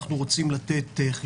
אנחנו נותנים חיסונים,